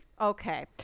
Okay